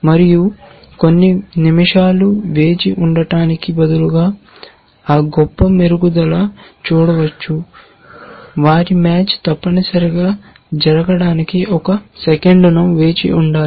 మరియు కొన్ని నిమిషాలు వేచి ఉండటానికి బదులుగా ఆ గొప్ప మెరుగుదల చూడవచ్చు వారి మ్యాచ్ తప్పనిసరిగా జరగడానికి ఒక సెకను వేచి ఉండాలి